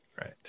Right